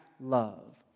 love